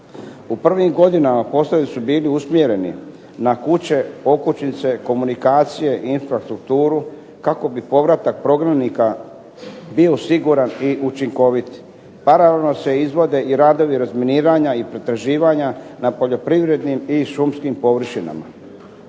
U prvim godinama poslovi su bili usmjereni na kuće, okućnice, komunikacije i infrastrukturu kako bi povratak prognanika bio siguran i učinkovit. Paralelno se izvode i radovi razminiranja i pretraživanja na poljoprivrednim i šumskim površinama.